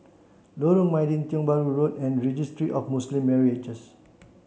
Lorong Mydin Tiong Bahru Road and Registry of Muslim Marriages